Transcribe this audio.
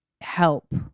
help